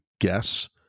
guess